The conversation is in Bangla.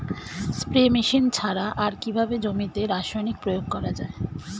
স্প্রে মেশিন ছাড়া আর কিভাবে জমিতে রাসায়নিক প্রয়োগ করা যায়?